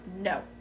no